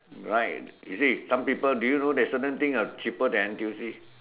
right you see some people do you know that certain thing are cheaper than N_T_U_C